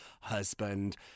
husband